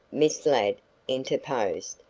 miss ladd interposed,